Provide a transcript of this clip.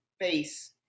face